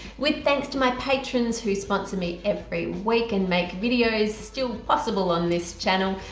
with thanks to my patrons who sponsor me every week and make video is still possible on this channel.